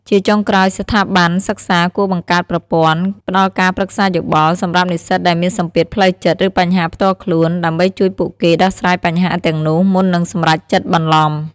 ជាចុងក្រោយ ស្ថាប័នសិក្សាគួរបង្កើតប្រព័ន្ធ ផ្ដល់ការប្រឹក្សាយោបល់ សម្រាប់និស្សិតដែលមានសម្ពាធផ្លូវចិត្ត ឬបញ្ហាផ្ទាល់ខ្លួន ដើម្បីជួយពួកគេដោះស្រាយបញ្ហាទាំងនោះមុននឹងសម្រេចចិត្តបន្លំ។